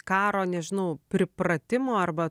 karo nežinau pripratimo arba